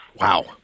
Wow